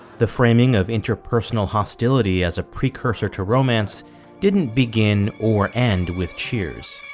the framing of interpersonal hostility as a precursor to romance didn't begin or end with cheers